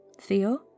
Theo